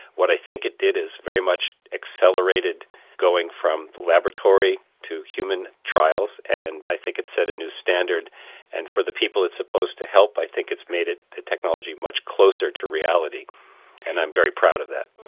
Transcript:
what i think it did is very much accelerated going from laboratory to human trials and i think it set a new standard and for the people it's supposed to help i think it's made the technology much closer to reality and i'm very proud of that.